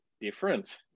different